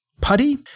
Putty